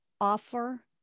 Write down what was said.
offer